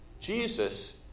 Jesus